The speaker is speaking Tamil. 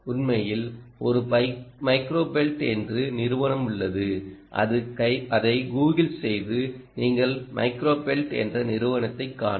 உண்மையில்ஒரு மைக்ரோபெல்ட் என்று நிறுவனம் உள்ளது அதை கூகிள் செய்து நீங்கள் மைக்ரோ பெல்ட் என்ற நிறுவனத்தைக் காணுங்கள்